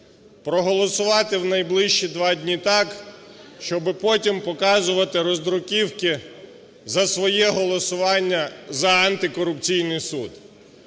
проголосувати в найближчі два дні так, щоб потім показувати роздруківки за своє голосування за антикорупційний суд.